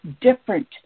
different